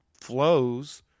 flows